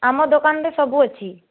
ଆମ ଦୋକାନରେ ସବୁ ଅଛି